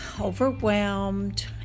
overwhelmed